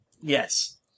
Yes